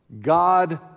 God